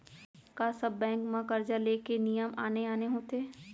का सब बैंक म करजा ले के नियम आने आने होथे?